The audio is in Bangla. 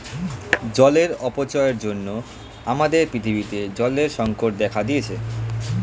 জলের অপচয়ের জন্য আমাদের পৃথিবীতে জলের সংকট দেখা দিয়েছে